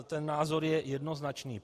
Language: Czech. Ten názor je jednoznačný.